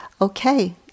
okay